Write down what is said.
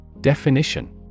Definition